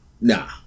Nah